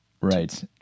right